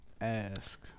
ask